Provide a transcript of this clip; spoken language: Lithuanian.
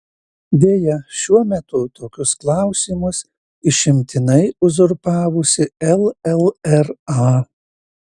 deja šiuo metu tokius klausimus išimtinai uzurpavusi llra